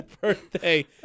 birthday